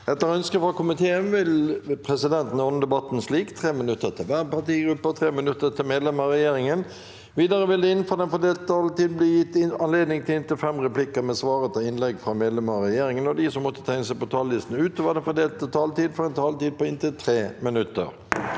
Etter ønske fra næringsko- miteen vil presidenten ordne debatten slik: 3 minutter til hver partigruppe og 3 minutter til medlemmer av regjeringen. Videre vil det – innenfor den fordelte taletid – bli gitt anledning til inntil seks replikker med svar etter innlegg fra medlemmer av regjeringen, og de som måtte tegne seg på talerlisten utover den fordelte taletid, får også en taletid på inntil 3 minutter.